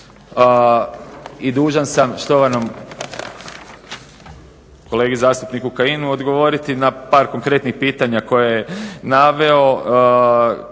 I dužan sam štovanom kolegi zastupniku Kajinu odgovoriti na par konkretnih pitanja koje je naveo